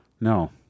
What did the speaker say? No